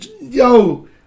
yo